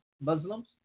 Muslims